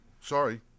Sorry